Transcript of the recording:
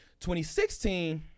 2016